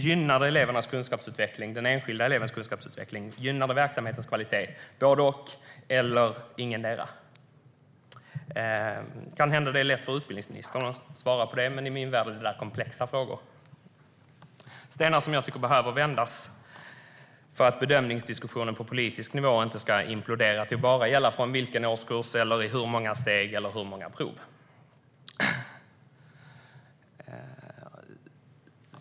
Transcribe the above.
Gynnar det den enskilda elevens kunskapsutveckling? Gynnar det verksamhetens kvalitet? Är det både och eller ingetdera? Kanhända är det lätt för utbildningsministern att svara på det, men i min värld är detta komplexa frågor. Det är stenar som jag tycker att det behöver vändas på, för att bedömningsdiskussionen på politisk nivå inte ska implodera till att gälla bara från vilken årskurs eller i hur många steg och hur många prov.